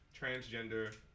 transgender